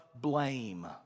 blame